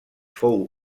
fou